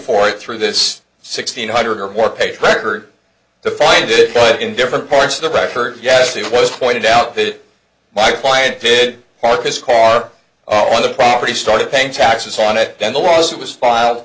for through this six hundred or more page record to find it but in different parts of the record yes it was pointed out that my client did park his car on the property started paying taxes on it then the lawsuit was filed